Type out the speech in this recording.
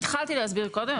התחלתי להסביר קודם.